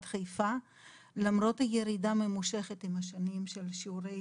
ראינו שלמרות ירידה ממושכת עם השנים של שיעורי